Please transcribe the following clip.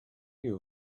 you